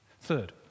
Third